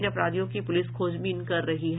इन अपराधियों की पुलिस खोजबीन कर रही है